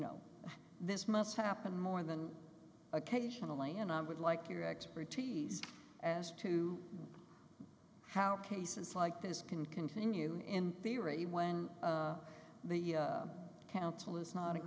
know this must happen more than occasionally and i would like your expertise as to how cases like this can continue in theory when the counsel is not